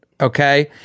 Okay